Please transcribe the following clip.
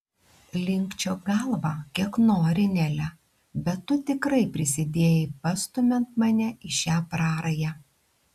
linkčiok galvą kiek nori nele bet tu tikrai prisidėjai pastumiant mane į šią prarają